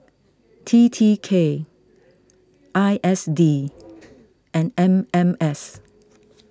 T T K I S D and M M S